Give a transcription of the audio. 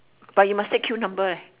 but you must take queue number leh